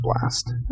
blast